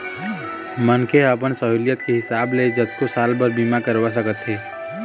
मनखे ह अपन सहुलियत के हिसाब ले जतको साल बर बीमा करवा सकत हे